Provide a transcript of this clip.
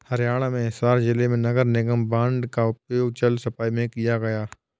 हरियाणा में हिसार जिले में नगर निगम बॉन्ड का उपयोग जल सफाई में किया गया